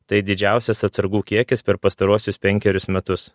tai didžiausias atsargų kiekis per pastaruosius penkerius metus